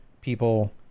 people